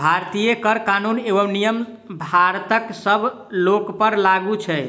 भारतीय कर कानून एवं नियम भारतक सब लोकपर लागू छै